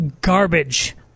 garbage